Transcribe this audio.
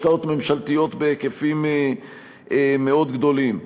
השקעות ממשלתיות בהיקפים מאוד גדולים.